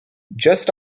just